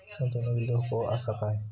गुंतवणुकीत धोको आसा काय?